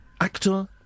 actor